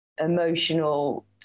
emotional